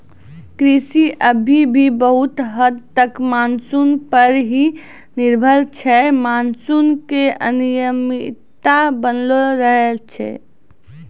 कृषि अभी भी बहुत हद तक मानसून पर हीं निर्भर छै मानसून के अनियमितता बनलो रहै छै